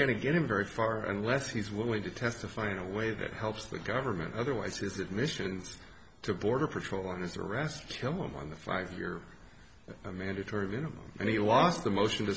going to get him very far unless he's willing to testify in a way that helps the government otherwise his admissions to border patrol and his arrest him on the five year mandatory minimum and he lost the motion